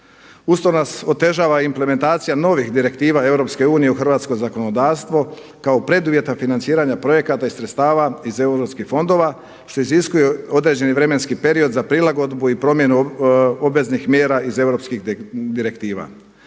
Uz to nas otežava implementacija novih direktiva EU u hrvatsko zakonodavstvo kao preduvjeta financiranja projekata i sredstava iz eu fondova što iziskuje određeni vremenski period za prilagodbu i promjenu obveznih mjera iz europskih direktiva.